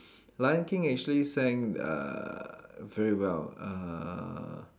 lion king actually sang uh very well uh